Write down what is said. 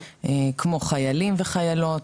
כמו חיילים וחיילות,